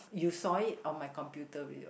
you saw it on my computer already what